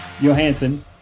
Johansson